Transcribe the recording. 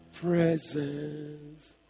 Presence